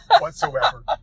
whatsoever